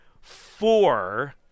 four